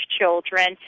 children